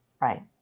Right